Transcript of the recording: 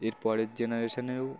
এরপরের জেনারেশনেও